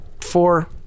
four